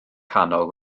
canol